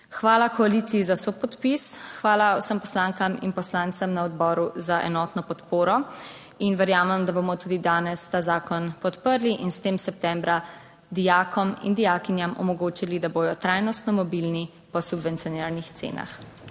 Hvala koaliciji za sopodpis, hvala vsem poslankam in poslancem na Odboru za enotno podporo. In verjamem, da bomo tudi danes ta zakon podprli in s tem septembra dijakom in dijakinjam omogočili, da bodo trajnostno mobilni po subvencioniranih cenah.